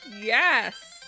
Yes